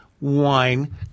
wine